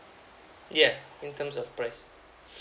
yeuh in terms of price